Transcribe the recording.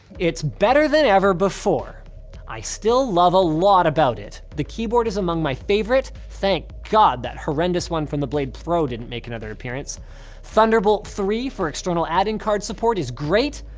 it's better than ever before i still love a lot about it. the keyboard is among my favorite thank god that horrendous one from the blade pro didn't make another appearance thunderbolt three for external adding card support is great,